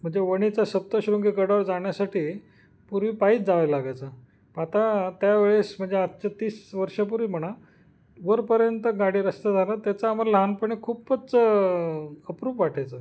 म्हणजे वणीच्या सप्तशृंगी गडावर जाण्यासाठी पूर्वी पायीच जावे लागायचं आता त्यावेळेस म्हणजे आजच्या तीस वर्षापूर्वी म्हणा वरपर्यंत गाडी रस्ता झालं त्याचं आम्हाला लहानपणी खूपच अप्रूप वाटायचं